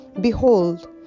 Behold